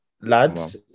lads